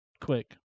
quick